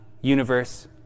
universe